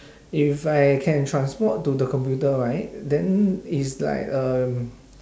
if I can transform to the computer right then it's like um